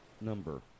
number